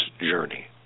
journey